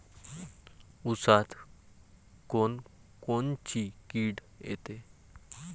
ऊसात कोनकोनची किड येते?